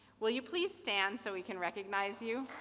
will you please stand so we can recognize you?